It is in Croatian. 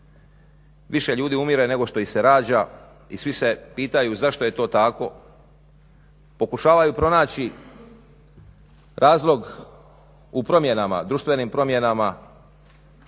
više ljudi umire nego što ih se rađa i svi se pitaju zašto je to tako, pokušavaju pronaći razlog u promjenama društvenim promjenama